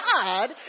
God